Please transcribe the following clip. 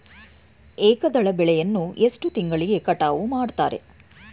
ಏಕದಳ ಬೆಳೆಯನ್ನು ಎಷ್ಟು ತಿಂಗಳಿಗೆ ಕಟಾವು ಮಾಡುತ್ತಾರೆ?